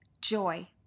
joy